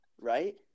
right